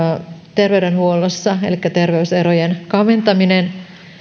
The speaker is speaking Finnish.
terveydenhuollossa elikkä terveyserojen kaventaminen